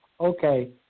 okay